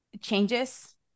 changes